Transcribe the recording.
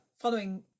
Following